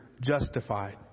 justified